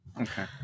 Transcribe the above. Okay